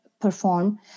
perform